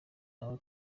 nawe